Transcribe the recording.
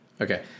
okay